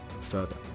further